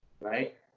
right